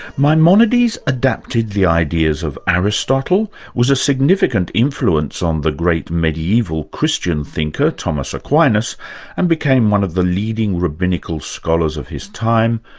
maimonides adapted the ideas of aristotle, was a significant influence on the great medieval christian thinker, thomas aquinas and became one of the leading rabbinical scholars of his time,